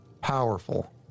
powerful